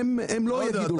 הם לא יגידו לך.